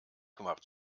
gemacht